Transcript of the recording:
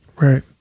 right